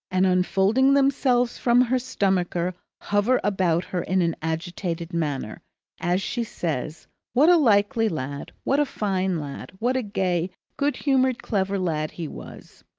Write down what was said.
and unfolding themselves from her stomacher, hover about her in an agitated manner as she says what a likely lad, what a fine lad, what a gay, good-humoured, clever lad he was!